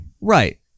Right